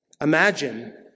Imagine